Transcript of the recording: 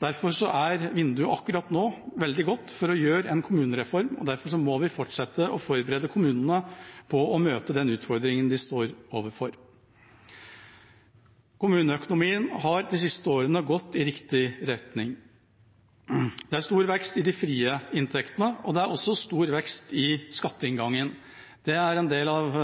Derfor er vinduet akkurat nå veldig godt for en kommunereform, og derfor må vi fortsette å forberede kommunene på å møte utfordringene de står overfor. Kommuneøkonomien har de siste årene gått i riktig retning. Det er stor vekst i de frie inntektene, og det er også stor vekst i skatteinngangen. Det er en del av